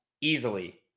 easily